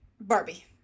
Barbie